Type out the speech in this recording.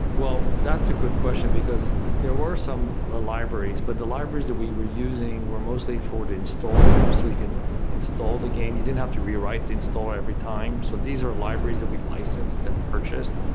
well, that's a good question because there were some ah libraries, but the libraries that we were using were mostly for the installer, so you can install the game. you didn't have to rewrite the installer every time. so these are libraries that we licensed and purchased.